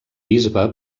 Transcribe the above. bisbe